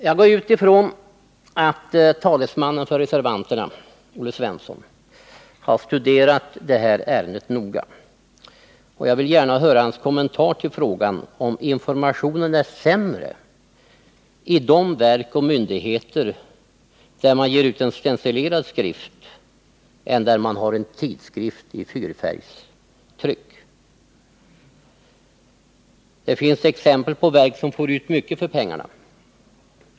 Jag utgår från att talesmannen för reservanterna, Olle Svensson, har studerat det här ärendet noga, och jag vill gärna höra hans kommentar till frågan om informationen är sämre i de verk och myndigheter där man ger ut en stencilerad skrift än där man har tidskrift i fyrfärgstryck. Det finns exempel på verk som får ut mycket för pengarna.